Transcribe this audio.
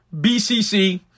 BCC